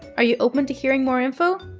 are you open to hearing more info?